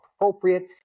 appropriate